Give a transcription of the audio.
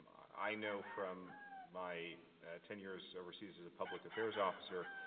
i know from my ten years overseas as a public affairs officer,